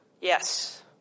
Yes